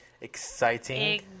exciting